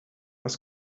was